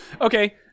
Okay